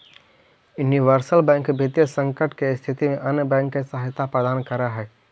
universal bank वित्तीय संकट के स्थिति में अन्य बैंक के सहायता प्रदान करऽ हइ